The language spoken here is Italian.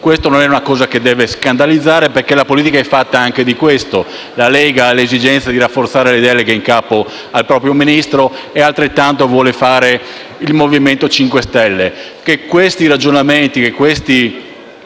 Non è una cosa che deve scandalizzare, perché la politica è fatta anche di questo: la Lega ha l'esigenza di rafforzare le deleghe in capo al proprio Ministro e altrettanto vuole fare il MoVimento 5 Stelle.